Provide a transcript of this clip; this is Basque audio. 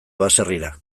baserrira